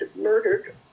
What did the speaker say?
murdered